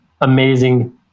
amazing